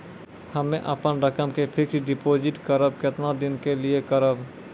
हम्मे अपन रकम के फिक्स्ड डिपोजिट करबऽ केतना दिन के लिए करबऽ?